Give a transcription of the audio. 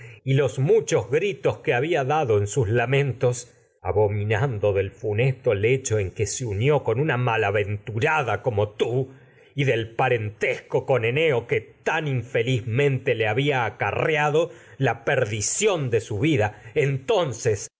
y los gritos que había en dado en sus lamentos abominando del funesto lecho con que se unió una malaventurada como tú y del pa rentesco con eneo que de tan infelizmente le había su aca rreado la perdición ojos de vida entonces